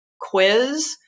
quiz